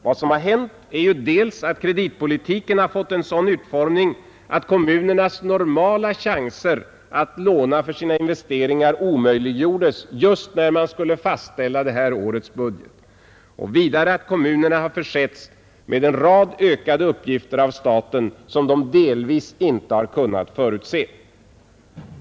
Vad som har hänt är ju dels att kreditpolitiken fått en sådan utformning att kommunernas normala chanser att låna för sina investeringar omöjliggjordes just när man skulle fastställa det här årets budget, dels att kommunerna försetts med ökade uppgifter av staten som de delvis inte har kunnat förutse.